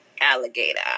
Alligator